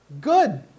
Good